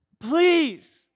please